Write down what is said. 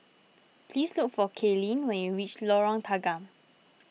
please look for Kaylene when you reach Lorong Tanggam